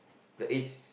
the age